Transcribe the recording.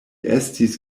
estis